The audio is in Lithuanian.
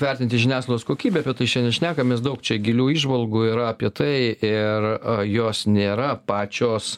vertinti žiniasklaidos kokybę apie tai šiandien šnekamės daug čia gilių įžvalgų yra apie tai ir jos nėra pačios